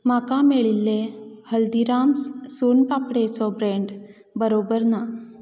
म्हाका मेळिल्ले हल्दिराम्स स् सोन पापडेचो ब्रँड बरोबर ना